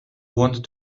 wanted